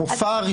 המופע הראשון,